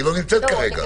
היא לא נמצאת כרגע.